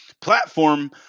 platform